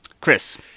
Chris